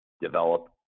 develop